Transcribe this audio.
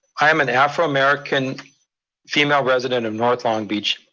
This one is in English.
i am an afro-american female resident of north long beach,